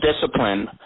discipline